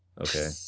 okay